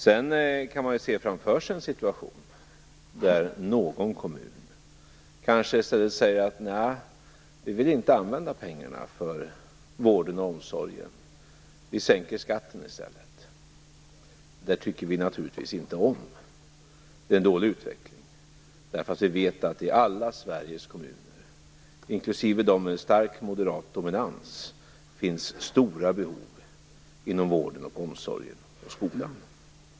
Sedan kan man kanske se framför sig en situation där någon kommun i stället säger: Vi vill inte använda pengarna till vården och omsorgen, utan vi sänker skatten i stället. Det tycker vi naturligtvis inte om. Det är en dålig utveckling. Vi vet ju att det i alla Sveriges kommuner, inklusive dem med stark moderat dominans, finns stora behov inom vården, omsorgen och skolan.